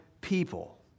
people